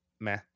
meh